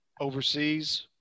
Overseas